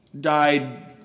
died